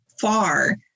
far